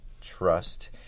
trust